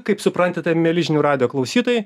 kaip suprantate mieli žinių radijo klausytojai